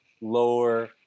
lower